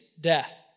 death